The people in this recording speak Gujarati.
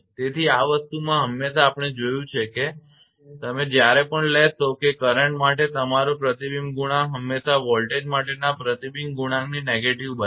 તેથી આ વસ્તુમાં હંમેશાં આપણે જોયું છે કે તમે જ્યારે પણ લેશો કે કરંટ માટે તમારો પ્રતિબિંબ ગુણાંક હંમેશા વોલ્ટેજ માટેના પ્રતિબિંબ ગુણાંકની negative બરાબર છે